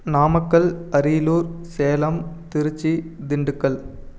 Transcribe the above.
Namakkal Ariyalur Salem Tiruchi Dindigul